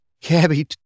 cabbie